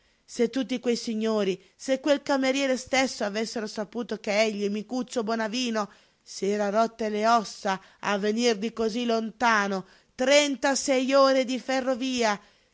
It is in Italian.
se tutti quei signori se quel cameriere stesso avessero saputo che egli micuccio bonavino s'era rotte le ossa a venire di cosí lontano trentasei ore di ferrovia